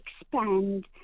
expand